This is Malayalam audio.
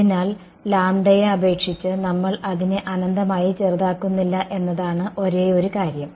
അതിനാൽ ലാംഡയെ അപേക്ഷിച്ച് നമ്മൾ അതിനെ അനന്തമായി ചെറുതാക്കുന്നില്ല എന്നതാണ് ഒരേയൊരു കാര്യം